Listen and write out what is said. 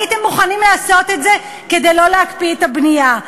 הייתם מוכנים לעשות את זה כדי לא להקפיא את הבנייה.